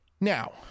now